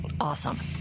Awesome